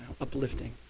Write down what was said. uplifting